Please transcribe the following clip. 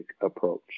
approach